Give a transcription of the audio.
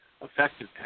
effective